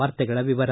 ವಾರ್ತೆಗಳ ವಿವರ